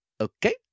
okay